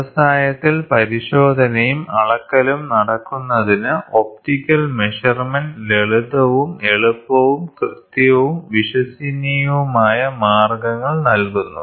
വ്യവസായത്തിൽ പരിശോധനയും അളക്കലും നടത്തുന്നതിന് ഒപ്റ്റിക്കൽ മെഷർമെന്റ് ലളിതവും എളുപ്പവും കൃത്യവും വിശ്വസനീയവുമായ മാർഗ്ഗങ്ങൾ നൽകുന്നു